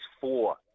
four